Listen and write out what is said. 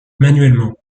manuellement